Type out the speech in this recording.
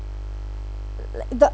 l~ l~ the